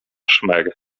szmer